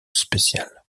spécial